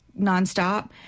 nonstop